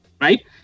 right